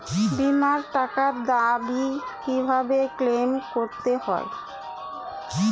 বিমার টাকার দাবি কিভাবে ক্লেইম করতে হয়?